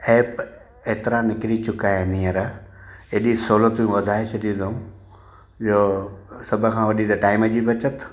app एतिरा निकरी चुका आहिनि हींअर एॾी सहूलियतूं वधाए छॾियूं अथऊं जो सभखां वॾी त टाइम जी बचति